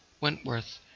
Wentworth